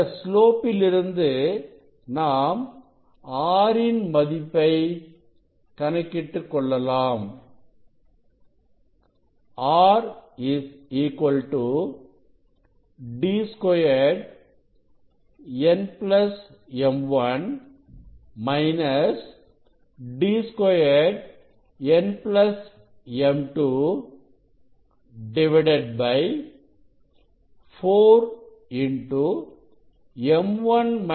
இந்த ஸ்லோப் இலிருந்து நாம் R ன் மதிப்பை கணக்கிட்டு கொள்ளலாம் R D2nm1 - D2nm2 4λ